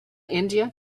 india